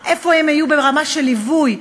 איפה הם היו ברמה של ליווי?